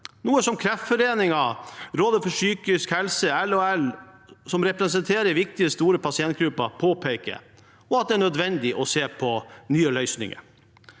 noe som Kreftforeningen, Rådet for psykisk helse og LHL – som representerer viktige, store pasientgrupper – påpeker, samt at det er nødvendig å se på nye løsninger.